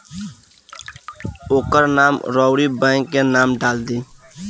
ओकर नाम अउरी बैंक के नाम डाल दीं